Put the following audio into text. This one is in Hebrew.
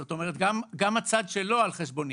זאת אומרת, גם הצד שלו על חשבוני.